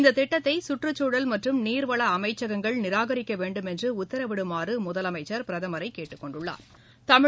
இந்த திட்டத்தை சுற்றுச்சூழல் மற்றும் நீர்வள அமைச்சகங்கள் நிராகரிக்க வேண்டுமென்று உத்தரவிடுமாறு முதலமைச்சா் பிரதமரை கேட்டுக் கொண்டுள்ளாா்